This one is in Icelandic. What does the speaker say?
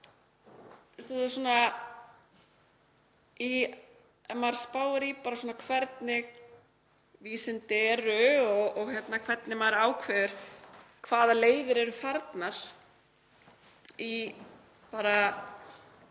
það var gert? Ef maður spáir í hvernig vísindi eru og hvernig maður ákveður hvaða leiðir eru farnar í bara öllu